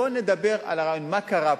בוא נדבר על מה שקרה פה.